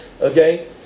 Okay